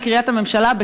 לקריית הממשלה,